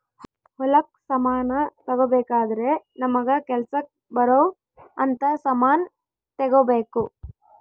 ಹೊಲಕ್ ಸಮಾನ ತಗೊಬೆಕಾದ್ರೆ ನಮಗ ಕೆಲಸಕ್ ಬರೊವ್ ಅಂತ ಸಮಾನ್ ತೆಗೊಬೆಕು